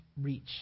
reach